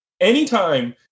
Anytime